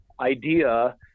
idea